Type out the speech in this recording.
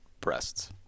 breasts